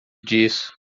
disso